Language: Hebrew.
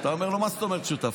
אתה אומר לו: מה זאת אומרת שותף?